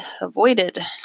avoided